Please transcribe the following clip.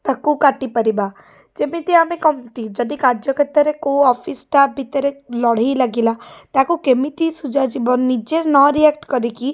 ତାକୁ କାଟିପାରିବା ଯେମିତି ଆମେ କେମିତି ଯଦି କାର୍ଯ୍ୟକ୍ଷେତ୍ରରେ କେଉଁ ଅଫିସ୍ ଷ୍ଟାଫ୍ ଭିତରେ ଲଢ଼େଇ ଲାଗିଲା ତାକୁ କେମିତି ସୁଝାଯିବ ନିଜେ ନ ରିଆକ୍ଟ କରିକି